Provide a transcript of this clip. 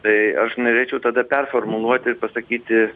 tai aš norėčiau tada performuluoti ir pasakyti